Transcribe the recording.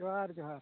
ᱡᱚᱦᱟᱨ ᱡᱚᱦᱟᱨ